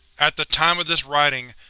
at the time of this writing,